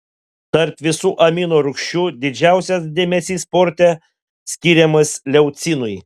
tarp visų amino rūgščių didžiausias dėmesys sporte skiriamas leucinui